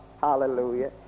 hallelujah